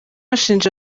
ashinja